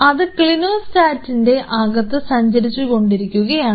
അത് ക്ലിനോസ്റ്റാറ്റിൻറെ അകത്ത് സഞ്ചരിച്ചുകൊണ്ടിരിക്കുകയാണ്